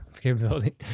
capability